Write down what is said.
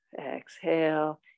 Exhale